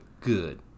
good